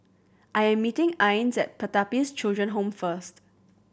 I am meeting Ines at Pertapis Children Home first